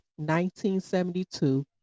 1972